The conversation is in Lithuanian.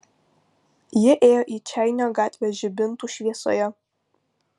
jie ėjo į čeinio gatvę žibintų šviesoje